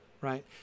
right